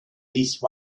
least